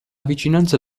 vicinanza